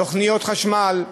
תוכניות חשמל.